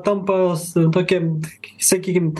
tampas tokia sakykim